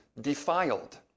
defiled